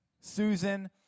Susan